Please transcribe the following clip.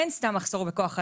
אין סתם מחסור בכוח אדם.